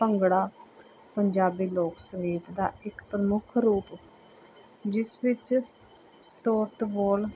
ਭੰਗੜਾ ਪੰਜਾਬੀ ਲੋਕ ਸੰਗੀਤ ਦਾ ਇੱਕ ਪ੍ਰਮੁੱਖ ਰੂਪ ਜਿਸ ਵਿੱਚ ਸਤੋਰਤ ਬੋਲ